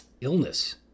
illness